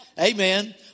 Amen